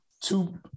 Two